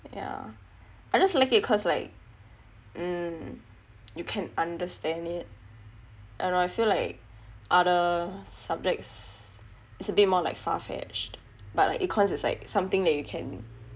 yah I just like it cause like mm you can understand it I don't know I feel like other subjects is abit more like far fetched but like econs is like something that you can